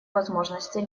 возможности